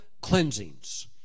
cleansings